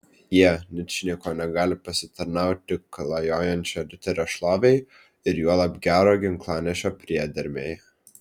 jie ničniekuo negali pasitarnauti klajojančio riterio šlovei ir juolab gero ginklanešio priedermei